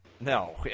No